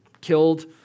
killed